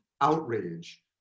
outrage